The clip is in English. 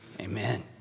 Amen